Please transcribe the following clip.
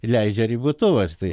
leidžia ribotuvas tai